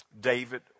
David